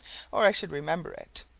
or i should remember it.